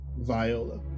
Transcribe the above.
Viola